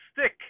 stick